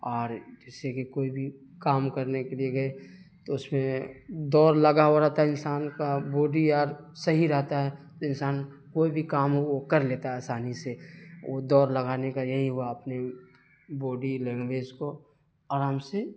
اور جس سے کہ کوئی بھی کام کرنے کے لیے گئے تو اس میں دوڑ لگا ہوا رہتا ہے انسان کا باڈی اور صحیح رہتا ہے انسان کوئی بھی کام وہ کر لیتا ہے آسانی سے اور دوڑ لگانے کا یہی ہوا اپنی باڈی لینگویج کو آرام سے